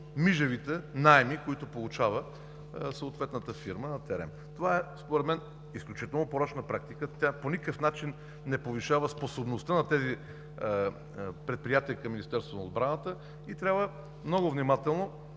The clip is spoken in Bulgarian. мижавите наеми, които получава съответната фирма на ТЕРЕМ. Това е, според мен, изключително порочна практика. Тя по никакъв начин не повишава способността на тези предприятия към Министерството на отбраната и трябва много внимателно